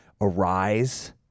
Arise